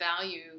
value